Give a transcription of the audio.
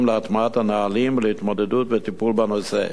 להטמעת הנהלים ולהתמודדות וטיפול בנושא.